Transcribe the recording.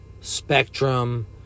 spectrum